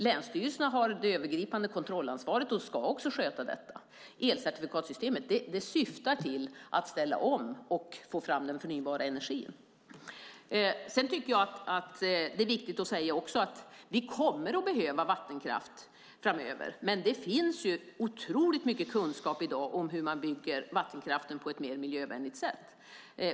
Länsstyrelserna har det övergripande kontrollansvaret och ska också sköta detta. Elcertifikatssystemet syftar till att ställa om och få fram den förnybara energin. Det är också viktigt att säga att vi kommer att behöva vattenkraft framöver, och i dag finns det otroligt mycket kunskap om hur man bygger ut vattenkraften på ett mer miljövänligt sätt.